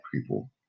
people